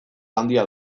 handia